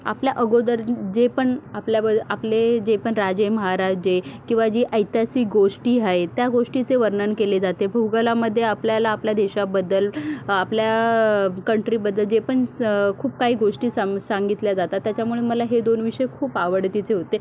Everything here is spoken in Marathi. आपल्या अगोदर जे पण आपल्याबय आपले जे पण राजे महाराजे किंवा जी ऐतिहासिक गोष्टी आहे त्या गोष्टीचे वर्णन केले जाते भुगोलामध्ये आपल्याला आपल्या देशाबद्दल आपल्या कंट्रीबद्दल जे पण खूप काही गोष्टी सम सांगितल्या जातात त्याच्यामुळे मला हे दोन विषय खूप आवडीचे होते